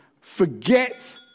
forget